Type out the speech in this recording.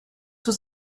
was